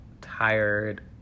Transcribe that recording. tired